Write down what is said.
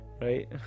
right